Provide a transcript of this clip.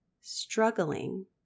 struggling